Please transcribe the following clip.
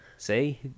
See